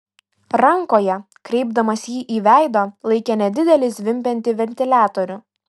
rankoje kreipdamas jį į veidą laikė nedidelį zvimbiantį ventiliatorių